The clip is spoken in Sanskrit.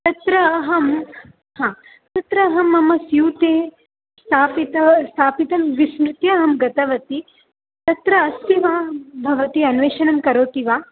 तत्र अहं हा तत्र अहं मम स्यूते स्थापितं स्थापितं विस्मृत्य अहं गतवती तत्र अस्ति वा भवती अन्वेषणं करोति वा